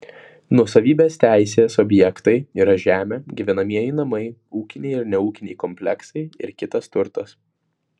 nuosavybės teisės objektai yra žemė gyvenamieji namai ūkiniai ir neūkiniai kompleksai ir kitas turtas